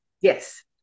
Yes